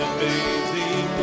Amazing